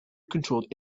controlled